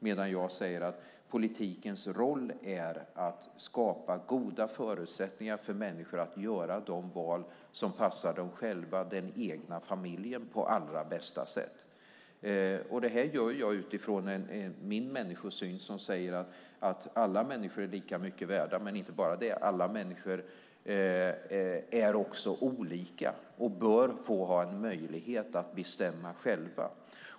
Men jag säger att politikens roll är att skapa goda förutsättningar för människor att göra de val som passar dem själva, den egna familjen, på allra bästa sätt. Det gör jag utifrån min människosyn som säger att alla människor är lika mycket värda. Men det är inte bara det: Alla människor är också olika och bör ha möjlighet att bestämma själva.